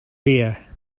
here